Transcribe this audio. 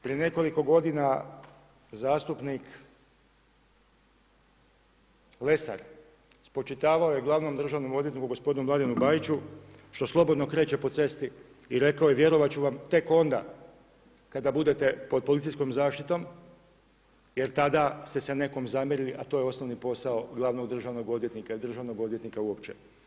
Prije nekoliko godina zastupnik Lesar spočitavao je glavnom državnom odvjetniku, gospodinu Mladenu Bajiću što slobodno kreće po cesti i rekao je, vjerovat ću vam tek onda kada bude pod policijskom zaštitom jer tada ste se nekome zamjerili, a to je osnovni posao glavnog državnog odvjetnika i državnog odvjetnika uopće.